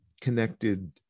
connected